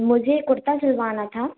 मुझे कुर्ता सिलवाना था